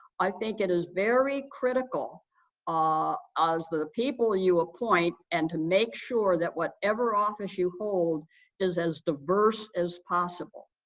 i think it is very critical ah as the people you appoint and to make sure that whatever office you hold is as diverse as possible.